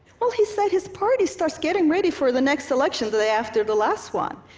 well, he said, his party starts getting ready for the next election the day after the last one,